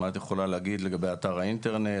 מה את יכולה להגיד לגבי אתר האינטרנט,